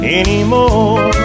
anymore